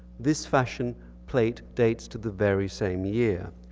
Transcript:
this fashion plate dates to the very same year.